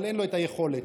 את היכולת,